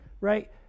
Right